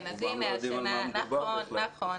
רובם לא יודעים על מה מדובר בכלל.